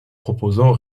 proposons